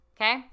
okay